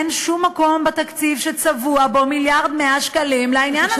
אין שום מקום בתקציב שצבועים בו 1.1 מיליארד שקלים לעניין הזה.